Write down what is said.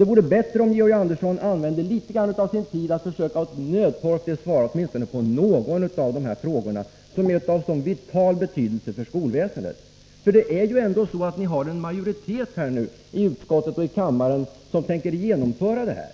Det vore bättre om Georg Andersson använde litet grand av sin tid till att försöka nödtorftigt besvara åtminstone någon av de frågor jag har ställt och som är av vital betydelse för skolväsendet. Ni har ändå en majoritet i utskottet och i kammaren som tänker genomföra era förslag.